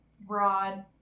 broad